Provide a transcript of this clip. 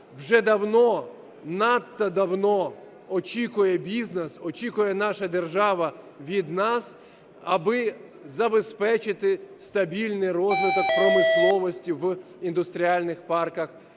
вже давно, надто давно очікує бізнес, очікує наша держава від нас, аби забезпечити стабільний розвиток промисловості в індустріальних парках